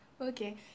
okay